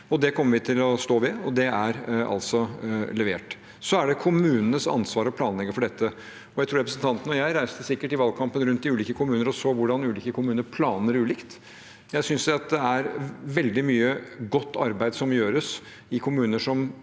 Det kommer vi til å stå ved, og det er levert. Det er kommunenes ansvar å planlegge for dette. Jeg, og sikkert representanten, reiste i valgkampen rundt i ulike kommuner og så hvordan ulike kommuner planlegger ulikt. Jeg synes det er veldig mye godt arbeid som gjøres i kommuner som